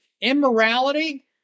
immorality